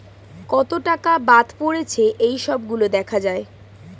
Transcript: কত টাকা বাদ পড়েছে এই সব গুলো দেখা যায়